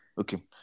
okay